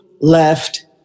left